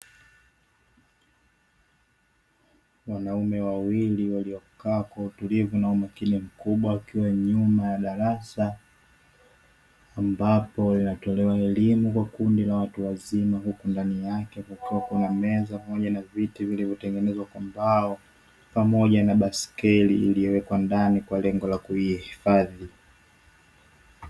Wanaume wawili waliokaa kwa utulivu na umakini mkubwa, wakiwa nyuma ya darasa; ambapo inatolewa elimu kwa kundi la watu wazima huku ndani yake kukiwa kuna meza pamoja na viti vilivyotengenezwa kwa mbao, pamoja baiskeli iliyowekwa ndani kwa lengo la kuihifadhi.